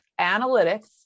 analytics